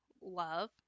love